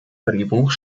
drehbuch